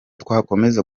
twakomeza